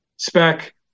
spec